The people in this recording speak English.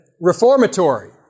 reformatory